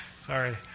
Sorry